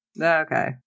Okay